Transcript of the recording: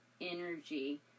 energy